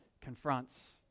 confronts